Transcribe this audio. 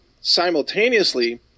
simultaneously